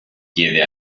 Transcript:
chiede